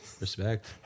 Respect